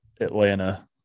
Atlanta